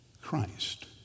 Christ